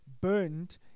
burned